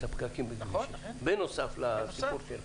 הפקקים בכביש 6. בנוסף לסיפור של --- נכון.